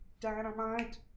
Dynamite